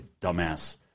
dumbass